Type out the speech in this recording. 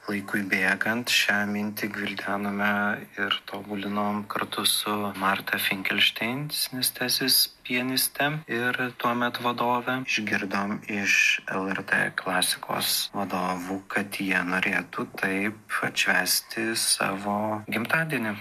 laikui bėgant šią mintį gvildenome ir tobulinom kartu su marta finkelštein synaesthesis pianiste ir tuomet vadove išgirdom iš lrt klasikos vadovų kad jie norėtų taip atšvęsti savo gimtadienį